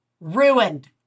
ruined